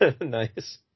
Nice